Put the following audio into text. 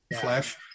flash